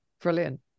brilliant